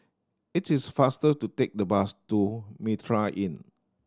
it is faster to take the bus to Mitraa Inn